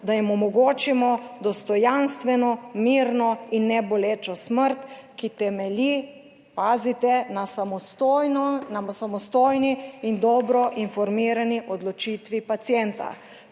da jim omogočimo dostojanstveno, mirno in nebolečo smrt, ki temelji - pazite - na samostojno na samostojni in dobro informirani odločitvi pacienta.